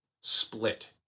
split